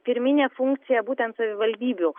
pirminė funkcija būtent savivaldybių